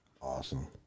Awesome